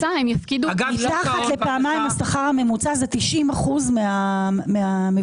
מתחת לפעמיים מהשכר הממוצע זה 90% מהמבוטחים.